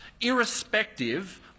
irrespective